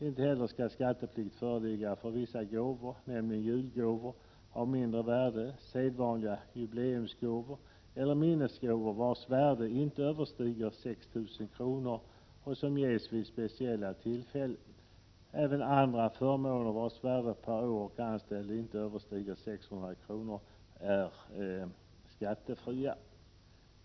Inte heller skall skatteplikt föreligga för vissa gåvor, nämligen julgåvor av mindre värde, sedvanliga jubileumsgåvor eller minnesgåvor vars värde inte överstiger 6 000 kr. och som ges vid vissa speciella tillfällen. Även andra förmåner vars värde per år och anställd inte överstiger 600 kr. är skattefria.